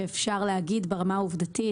שאפשר להגיד ברמה העובדתית,